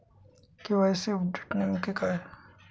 KYC update नेमके काय आहे?